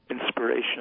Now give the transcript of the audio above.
inspiration